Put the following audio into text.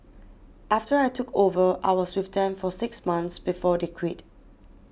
after I took over I was with them for six months before they quit